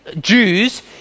Jews